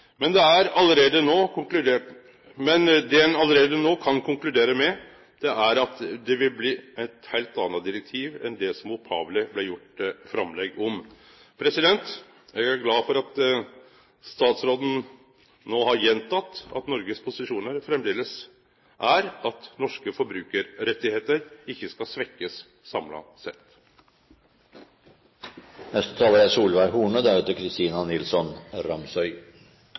Men det ein allereie kan konkludere med, er at det vil bli eit heilt anna direktiv enn det som det opphavleg blei gjort framlegg om. Eg er glad for at statsråden no har gjenteke at Noregs posisjon framleis er at norske forbrukarrettar ikkje skal svekkjast, samla